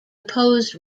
opposed